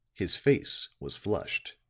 his face was flushed.